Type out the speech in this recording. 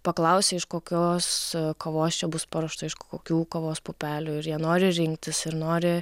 paklausia iš kokios kavos čia bus paruošta iš kokių kavos pupelių ir jie nori rinktis ir nori